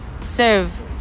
serve